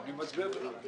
לא, אני מצביע בעד.